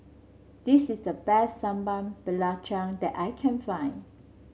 this is the best Sambal Belacan that I can find